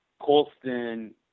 Colston